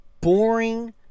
boring